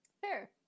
fair